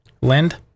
Lind